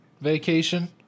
vacation